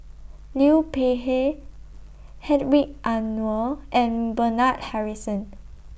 Liu Peihe Hedwig Anuar and Bernard Harrison